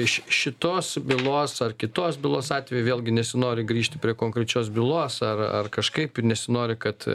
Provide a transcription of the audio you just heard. iš šitos bylos ar kitos bylos atveju vėlgi nesinori grįžti prie konkrečios bylos ar ar kažkaip ir nesinori kad